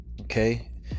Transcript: okay